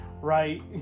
Right